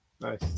Nice